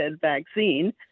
vaccine